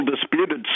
disputed